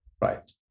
right